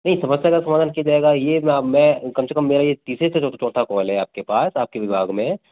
नहीं समस्या का समाधान किया जाएगा ये मैं कम से कम मेरा ये तीसरे से चौथा कॉल है आपके पास आपके विभाग में